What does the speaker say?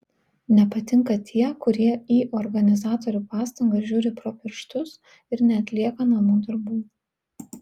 nepatinka tie kurie į organizatorių pastangas žiūri pro pirštus ir neatlieka namų darbų